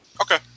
Okay